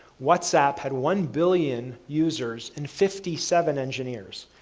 whatsapp had one billion users and fifty seven engineers,